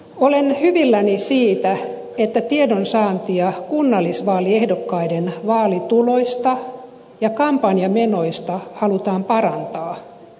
olen hyvilläni siitä että tiedonsaantia kunnallisvaaliehdokkaiden vaalituloista ja kampanjamenoista halutaan parantaa